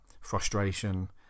frustration